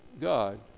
God